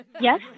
Yes